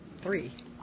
three